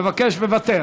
מבקש לוותר,